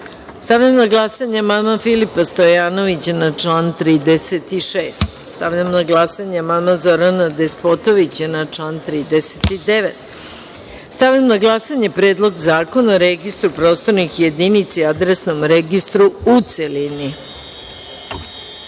32.Stavljam na glasanje amandman Filipa Stojanovića na član 36.Stavljam na glasanje amandman Zorana Despotovića na član 39.Stavljam na glasanje Predlog zakona o Registru prostornih jedinica i Adresnom registru, u